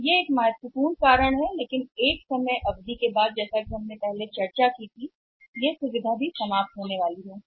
इसलिए यह एक महत्वपूर्ण कारण है लेकिन समय के साथ जैसा कि हमने अतीत में चर्चा की है यह भी कि यह सुविधा भी समाप्त होने के लिए बाध्य है